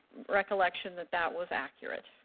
recollection that that was accurate?